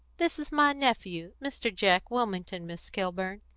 this is my nephew, mr. jack wilmington, miss kilburn.